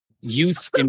youth